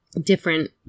different